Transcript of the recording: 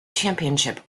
championship